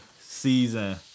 season